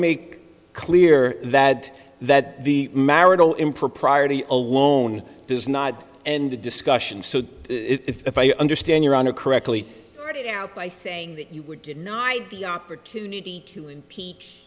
make clear that that the marital impropriety alone does not end the discussion so if i understand your honor correctly read it out by saying that you were denied the opportunity to impeach